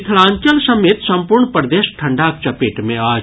मिथिलांचल समेत सम्पूर्ण प्रदेश ठंढाक चपेट मे अछि